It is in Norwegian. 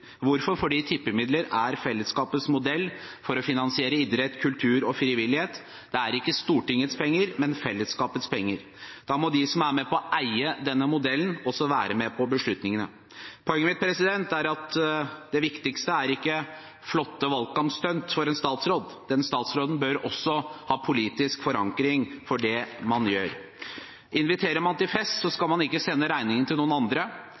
Hvorfor? Det er fordi tippemidler er fellesskapets modell for å finansiere idrett, kultur og frivillighet. Det er ikke Stortingets penger, men fellesskapets penger. Da må de som er med på å eie denne modellen, også være med på beslutningene. Poenget mitt er at det viktigste er ikke flotte valgkampstunt fra en statsråd. Den statsråden bør også ha politisk forankring for det man gjør. Inviterer man til fest, skal man ikke sende regningen til noen andre.